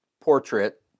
portrait